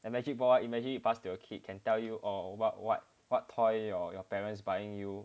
and magic ball imagine you pass to the kid can tell you uh what what what toy your parents buying toy